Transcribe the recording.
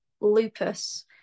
lupus